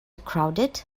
crowded